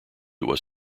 was